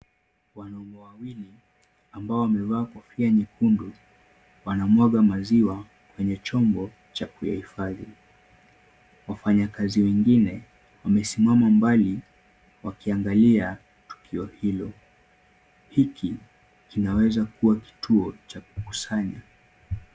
Wanaume wawili ambao wamevaa kofia nyekundu wanamwaga maziwa kwenye chombo cha kuyahifadhi. Wafanyakazi wengine wamesimama mbali wakiangalia tukio hilo. Hiki kinaweza kuwa kituo cha kukusanya.